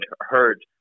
heard